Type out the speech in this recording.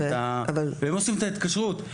והיא עושה את ההתקשרות.